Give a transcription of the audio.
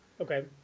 okay